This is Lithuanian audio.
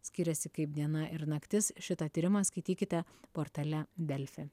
skiriasi kaip diena ir naktis šitą tyrimą skaitykite portale delfi